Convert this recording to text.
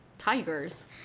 Tigers